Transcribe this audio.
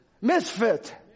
Misfit